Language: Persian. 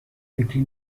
فکری